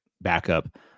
backup